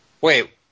Wait